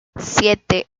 siete